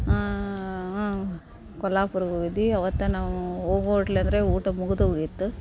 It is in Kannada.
ಕೊಲ್ಹಾಪುರಕ್ ಹೋಗಿದ್ದಿ ಅವತ್ತು ನಾವು ಹೋಗೋ ಓಟ್ಲ ಅಂದರೆ ಊಟ ಮುಗಿದೋಗಿತ್ತು